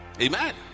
Amen